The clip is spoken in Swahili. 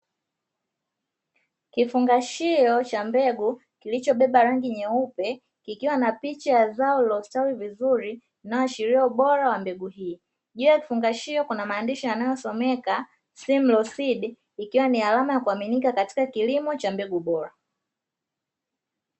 Kifungashio cha mbegu kilichobeba rangi nyeupe ikiwa na picha ya zao lililostawi vizuri inayoashiria ubora wa mbegu hii. Juu ya kifungashio kuna maandishi yanayosomeka "simlaw seed" ikiwa ni alama ya kuaminika katika kilimo cha mbegu bora.